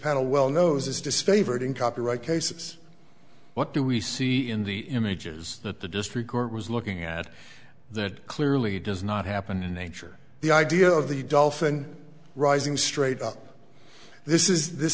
panel well knows is disfavored in copyright cases what do we see in the images that the district court was looking at that clearly does not happen in nature the idea of the dolphin rising straight up this is this